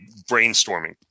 brainstorming